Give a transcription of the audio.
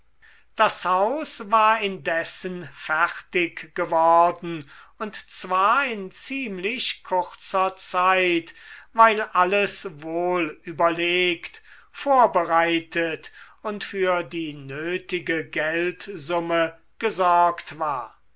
das haus war indessen fertig geworden und zwar in ziemlich kurzer zeit weil alles wohl überlegt vorbereitet und für die nötige geldsumme gesorgt war